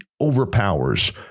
overpowers